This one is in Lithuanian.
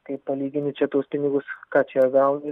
kai palygini čia tuos pinigus ką čia gauni